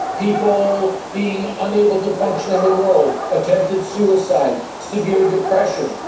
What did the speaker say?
people being unable to function in the world, attempted suicide, severe depression,